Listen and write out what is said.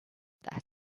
that